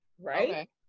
right